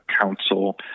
Council